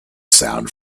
sound